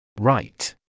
Right